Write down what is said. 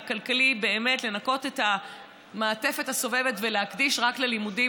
לנקות את המעטפת הסובבת ולהקדיש רק ללימודים.